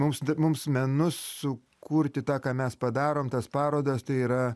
mums da mums menus sukurti tą ką mes padarom tas parodas tai yra